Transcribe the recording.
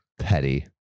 Petty